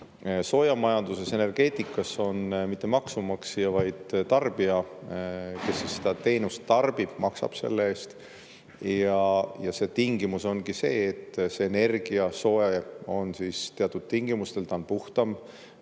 Soojamajanduses, energeetikas mitte maksumaksja, vaid tarbija, kes seda teenust tarbib, maksab selle eest. Ja see tingimus ongi see, et see energia, soe on teatud tingimustel, ta on puhtam,